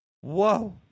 Whoa